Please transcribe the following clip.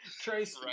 Trace